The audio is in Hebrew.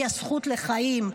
והיא הזכות לחיים,